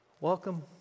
Welcome